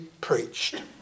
preached